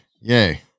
Yay